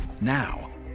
Now